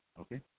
okay